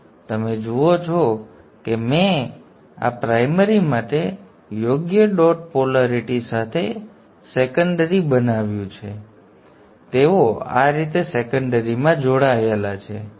હવે તમે જુઓ છો કે મેં આ પ્રાઇમરી માટે યોગ્ય ડોટ પોલેરિટી સાથે યોગ્ય સેકન્ડરી બનાવ્યું છે અને તેઓ આ રીતે સેકન્ડરીમાં જોડાયેલા છે